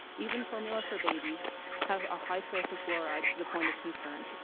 even formula for babies have a high source of fluoride to the point of concern.